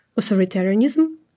authoritarianism